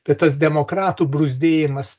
bet tas demokratų bruzdėjimas